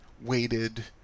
weighted